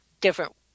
different